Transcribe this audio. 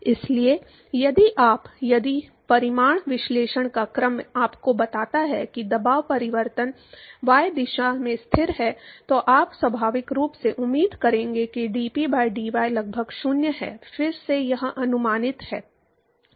इसलिए यदि आप यदि परिमाण विश्लेषण का क्रम आपको बताता है कि दबाव परिवर्तन y दिशा में स्थिर है तो आप स्वाभाविक रूप से उम्मीद करेंगे कि dP by dy लगभग 0 है फिर से यह अनुमानित है